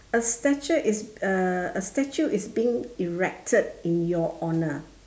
a statue is uh a statue is being erected in your honour